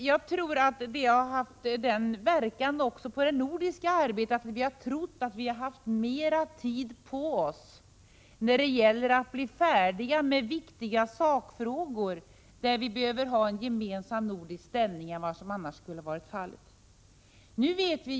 Det har medfört att vi inom det nordiska samarbetet har trott att vi har haft mer tid på oss när det gällt att bli färdiga med viktiga sakfrågor, där vi behöver inta en gemensam nordisk ståndpunkt.